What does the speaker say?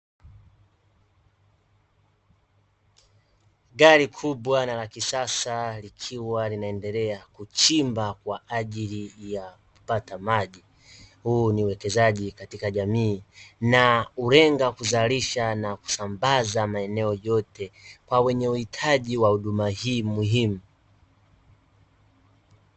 Gari kubwa na la kisasa likiwa linaendelea kuchimba kwa ajili ya kupata maji, huu ni uwekezaji katika jamii na hulenga kuzalisha na kusambaza maeneo yote, kwa wenye uhitaji wa huduma hii muhimu.